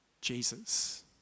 Jesus